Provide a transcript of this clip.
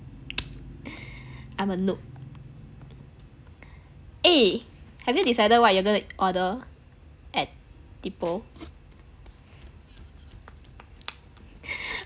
I'm a noob eh have you decided what you're gonna order at depot